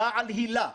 "בעל הילה"